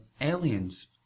aliens